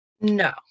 No